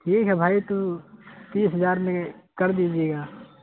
ٹھیک ہے بھائی تو تیس ہزار میں کر دیجیے گا